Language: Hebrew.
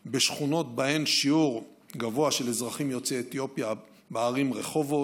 בשכונות שבהן שיעור גבוה של אזרחים יוצאי אתיופיה בערים רחובות,